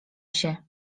się